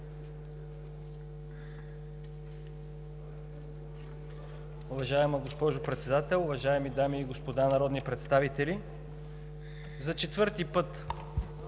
Уважаема госпожо Председател, уважаеми дами и господа народни представители! За четвърти път